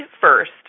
first